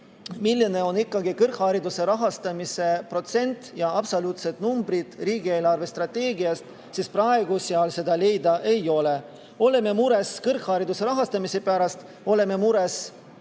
milline on ikkagi kõrghariduse rahastamise protsent ja absoluutsed arvud riigi eelarvestrateegias, sest praegu seal seda kirjas ei ole. Oleme mures kõrghariduse rahastamise pärast, oleme mures